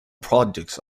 projects